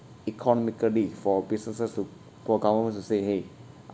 economically for businesses to for government to say !hey!